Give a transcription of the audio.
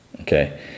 Okay